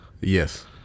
Yes